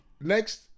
Next